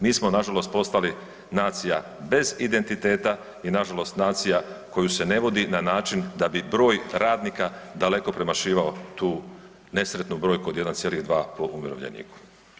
Mi smo nažalost postali nacija bez identiteta i nažalost nacija koju se na vodi na način da bi broj radnika daleko premašivao tu nesretnu brojku od 1,2 po umirovljeniku.